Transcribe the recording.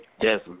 yes